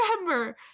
remember